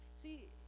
See